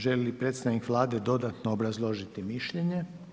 Želi li predstavnik Vlade dodatno obrazložiti mišljenje?